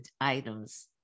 items